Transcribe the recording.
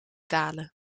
dalen